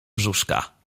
brzuszka